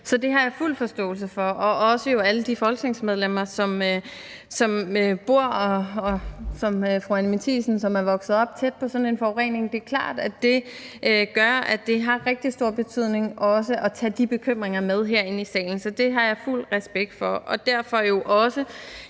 Så det har jeg fuld forståelse for, og også for alle de folketingsmedlemmer, som bor og som fru Anni Matthiesen er vokset op tæt på sådan en forurening. Det er klart, at det gør, at det har rigtig stor betydning også at tage de bekymringer med herind i salen, så det har jeg fuld respekt for. Derfor har jeg også